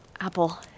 Apple